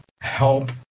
help